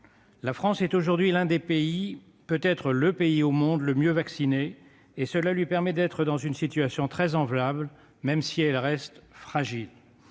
La France est aujourd'hui l'un des pays, voire le pays au monde dont la population est la plus vaccinée, et cela lui permet d'être dans une situation très enviable, même si elle reste fragile.